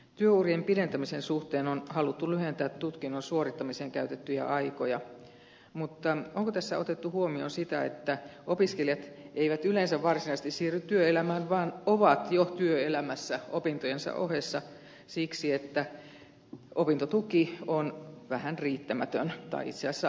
työurien pidentämisen suhteen on haluttu lyhentää tutkinnon suorittamiseen käytettyjä aikoja mutta onko tässä otettu huomioon sitä että opiskelijat eivät yleensä varsinaisesti siirry työelämään vaan ovat jo työelämässä opintojensa ohessa siksi että opintotuki on vähän riittämätön tai itse asiassa aika paljonkin